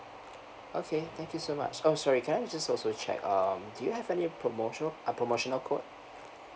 okay thank you so much oh sorry can I just also check um do you have any promotional uh promotional code